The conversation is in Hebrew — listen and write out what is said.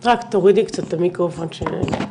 טליה: